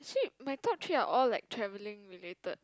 actually my top three are all like travelling related